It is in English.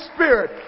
Spirit